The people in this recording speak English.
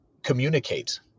communicate